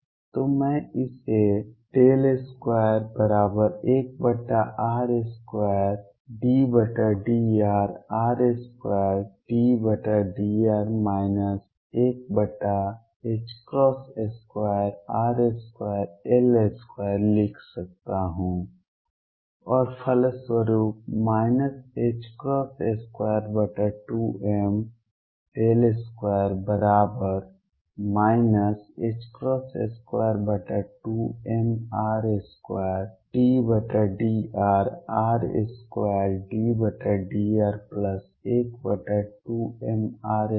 तो मैं इसे 21r2∂rr2∂r 12r2L2 लिख सकता हूं और फलस्वरूप 22m2 22mr2∂rr2∂r12mr2L2